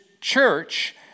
church